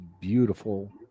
beautiful